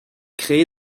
créé